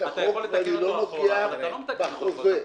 אתה יכול לתקן אותו אחורה אבל אתה לא מתקן אותו אחורה.